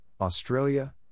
Australia